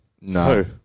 no